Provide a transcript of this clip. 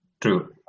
True